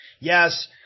yes